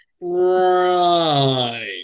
Right